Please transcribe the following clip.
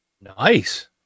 nice